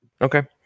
Okay